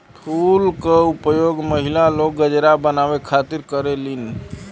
फूल के उपयोग महिला लोग गजरा बनावे खातिर करलीन